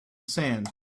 sand